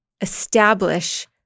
establish